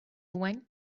went